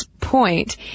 point